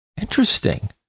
interesting